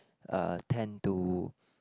uh tend to